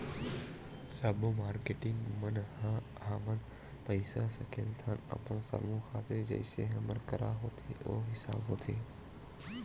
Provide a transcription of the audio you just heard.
सब्बो मारकेटिंग मन ह हमन पइसा सकेलथन अपन समूह खातिर जइसे हमर करा होथे ओ हिसाब होथे